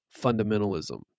fundamentalism